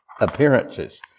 appearances